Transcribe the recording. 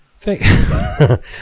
thank